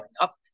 up